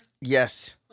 yes